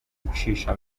ucisha